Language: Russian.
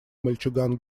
мальчуган